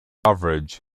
coverage